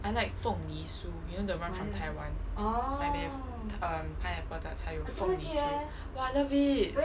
I like 凤梨酥 you know the buy from taiwan like they have erm pineapple tarts 还有凤梨酥 !wah! I love it